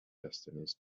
destinies